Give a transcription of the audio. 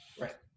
Right